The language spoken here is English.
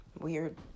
Weird